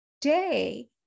day